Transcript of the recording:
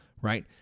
right